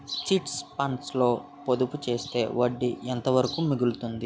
Chit funds లో పొదుపు చేస్తే వడ్డీ ఎంత వరకు మిగులుతుంది?